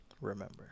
Remember